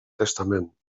testament